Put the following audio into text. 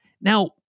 Now